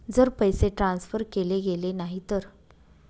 जर पैसे ट्रान्सफर केले गेले नाही तर?